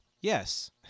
yes